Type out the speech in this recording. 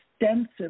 extensive